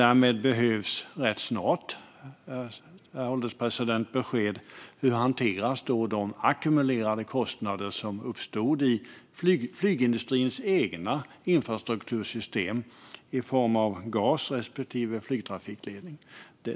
Därmed behövs rätt snart besked, herr ålderspresident, om hur de ackumulerade kostnader hanteras som uppstod i flygindustrins egna infrastruktursystem i form av GAS respektive flygtrafikledning.